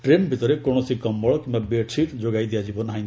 train ଭିତରେ କୌଣସି କମ୍ବଳ କିମ୍ବା ବେଡ୍ସିଟ୍ ଯୋଗାଇ ଦିଆଯିବ ନାହିଁ